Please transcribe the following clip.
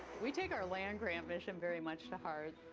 we take our land grant mission very much to heart.